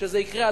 שזה יקרה,